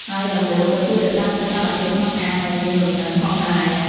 ហើយដំបូលក៏ជួយរក្សាសីតុណ្ហភាពក្នុងអាងឲ្យមានលំនឹងផងដែរ។